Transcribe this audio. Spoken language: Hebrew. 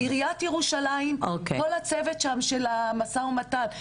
עיריית ירושלים וכל הצוות שם שניהל מולנו את המשא ומתן,